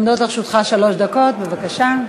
עומדות לרשותך שלוש דקות, בבקשה.